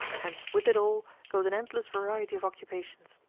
and with it all goes an endless variety of occupations.